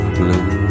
blue